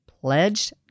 pledged